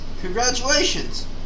congratulations